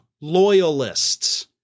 loyalists